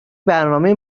برنامه